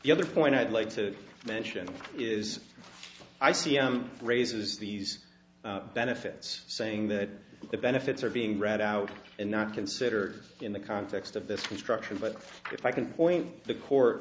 the other point i'd like to mention is i c m raises these benefits saying that the benefits are being read out and not considered in the context of this was structured but if i can point the court